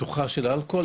בטוחה של אלכוהול,